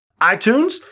iTunes